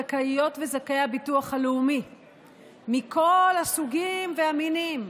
זכאיות וזכאי הביטוח הלאומי מכל הסוגים והמינים,